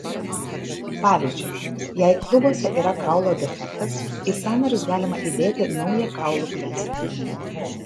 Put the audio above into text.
pavyzdžiui jei klubuose yra kaulo defektas į sąnarius galima įdėti naują kaulų kremzlę